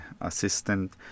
assistant